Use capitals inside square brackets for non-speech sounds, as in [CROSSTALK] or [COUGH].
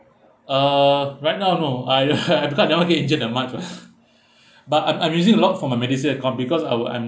uh right now no I [LAUGHS] because I never get injured that much lah [LAUGHS] [BREATH] but I'm I'm using a lot for my medicine uh because I was I